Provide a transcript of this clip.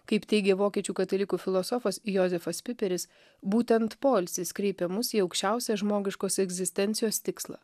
kaip teigia vokiečių katalikų filosofas jozefas piperis būtent poilsis kreipia mus į aukščiausią žmogiškos egzistencijos tikslą